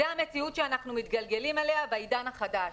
זאת המציאות שאנחנו מתגלגלים אליה בעידן החדש.